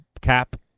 cap